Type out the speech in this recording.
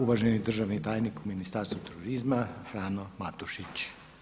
Uvaženi državni tajnik u Ministarstvu turizma Frano Matošić.